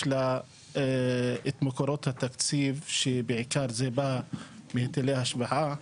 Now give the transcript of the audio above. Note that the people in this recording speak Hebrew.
יש לה את מקורות התקציב שבאים בעיקר מהיטלי השבחה,